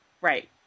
Right